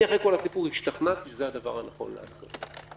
אני השתכנעתי שזה הדבר הנכון לעשות,